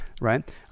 right